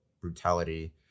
brutality